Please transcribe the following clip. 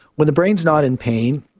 when the brain is not in pain,